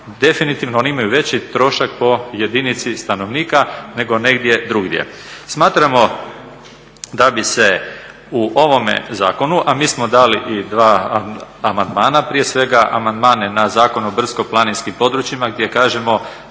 definitivno oni imaju veći trošak po jedinici stanovnika nego negdje drugdje. Smatramo da bi se u ovom zakonu, a mi smo dali i dva amandmana, prije svega amandmane na Zakon o brdsko-planinskim područjima gdje kažemo